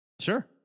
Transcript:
Sure